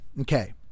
Okay